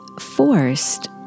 forced